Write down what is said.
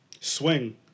swing